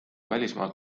välismaalt